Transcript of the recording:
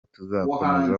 tuzakomeza